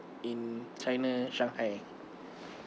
in china shanghai